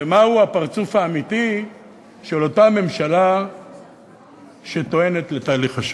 ומהו הפרצוף האמיתי של אותה ממשלה שטוענת לתהליך חשוב.